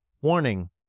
Warning